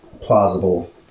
plausible